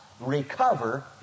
recover